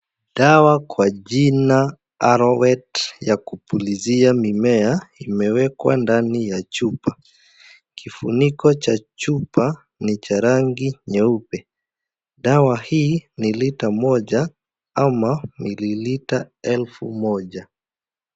Dawa kwa jina ARORWET ya kupulizia mimea imewekwa ndani ya chupa, kifuniko cha chupa ni cha rangi nyeupe, dawa hii ni lita moja ama mililita elfu moja.